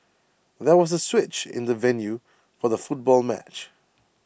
there was A switch in the venue for the football match